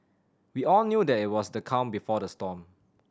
we all knew that it was the calm before the storm